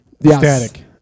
static